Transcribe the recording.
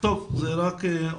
אין לנו שום דרך.